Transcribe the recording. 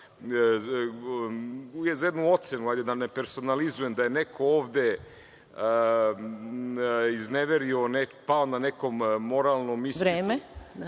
za jednu ocenu, da ne personalizujem da je neko ovde izneverio, pao na nekom moralnom ispitu. **Maja